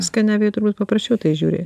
skanavijoj turbūt paprasčiau į tai žiūri